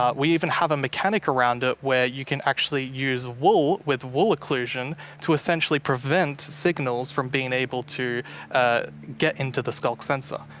ah we even have a mechanic around it, where you can actually use wool with wool occlusion to essentially prevent signals from being able to get into the skulk sensor.